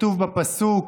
כתוב בפסוק: